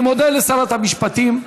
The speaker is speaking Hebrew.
אני מודה לשרת המשפטים,